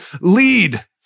lead